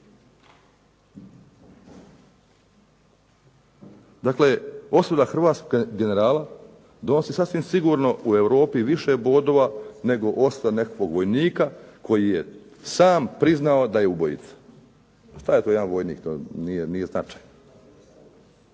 Dakle, osuda hrvatskog generala donosi sasvim sigurno u Europi više bodova nego ostavka nekakvog vojnika koji je sam priznao da je ubojica. Šta je to jedan vojnik, to nije značajno.